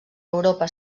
europa